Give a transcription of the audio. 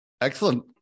Excellent